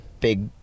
big